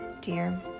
dear